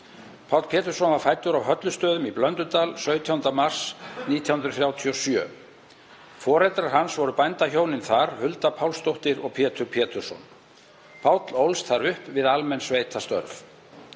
Páll Pétursson var fæddur á Höllustöðum í Blöndudal 17. mars 1937. Foreldrar hans voru bændahjónin þar, Hulda Pálsdóttir og Pétur Pétursson. Páll ólst þar upp við almenn sveitastörf.